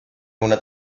una